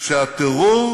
שהטרור